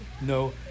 no